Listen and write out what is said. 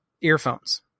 earphones